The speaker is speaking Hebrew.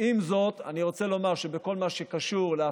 אני מקווה שלא היה משתמע מדבריך,